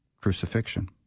crucifixion